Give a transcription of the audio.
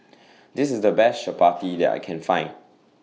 This IS The Best Chapati that I Can Find